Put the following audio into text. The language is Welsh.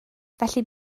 felly